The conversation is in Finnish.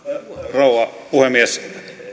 rouva puhemies